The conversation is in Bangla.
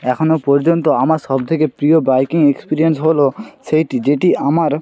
এখনো পর্যন্ত আমার সব থেকে প্রিয় বাইকিং এক্সপিরিয়েন্স হলো সেইটি যেটি আমার